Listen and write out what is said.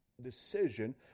decision